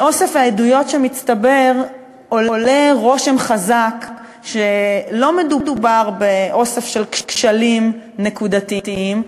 מאוסף העדויות שמצטבר עולה רושם חזק שלא מדובר באוסף של כשלים נקודתיים,